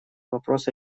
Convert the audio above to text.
вопрос